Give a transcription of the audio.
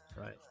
Right